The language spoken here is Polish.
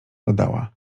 dodała